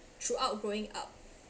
throughout growing up